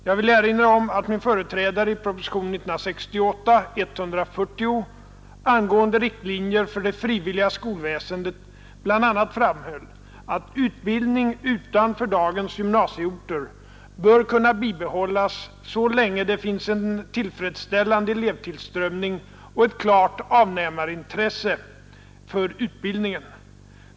Jag vill erinra om att min företrädare i propositionen 140 år 1968 angående riktlinjer för det frivilliga skolväsendet bl.a. framhöll att utbildning utanför dagens gymnasieorter bör kunna bibehållas så länge det finns en tillfredsställande elevtillströmning och ett klart avnämarintresse för utbildningen.